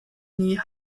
nie